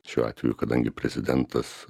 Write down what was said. šiuo atveju kadangi prezidentas